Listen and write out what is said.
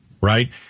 right